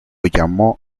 llamó